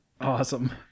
Awesome